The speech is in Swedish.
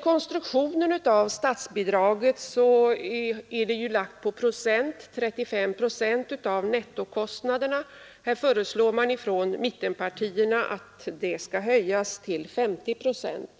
Konstruktionen är att statsbidraget är baserat på procentberäkning — 35 procent av nettokostnaderna. Mittenpartierna föreslår att detta bidrag skall höjas till 50 procent.